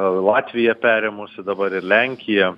latvija perėmusi dabar ir lenkija